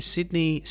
Sydney